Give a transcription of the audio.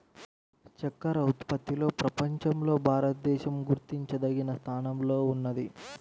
చక్కర ఉత్పత్తిలో ప్రపంచంలో భారతదేశం గుర్తించదగిన స్థానంలోనే ఉన్నది